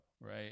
right